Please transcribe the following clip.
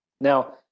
Now –